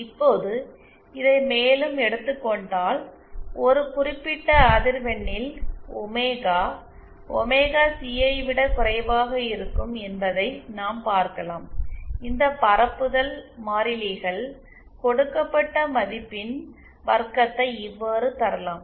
இப்போது இதை மேலும் எடுத்துக் கொண்டால் ஒரு குறிப்பிட்ட அதிர்வெண்ணில் ஒமேகா ஒமேகா சி ஐ விட குறைவாக இருக்கும் என்பதை நாம் பார்க்கலாம் இந்த பரப்புதல் மாறிலிகள் கொடுக்கப்பட்ட மதிப்பின் வர்க்கத்தை இவ்வாறு தரலாம்